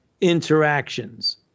interactions